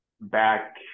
back